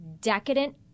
decadent